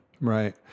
Right